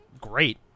great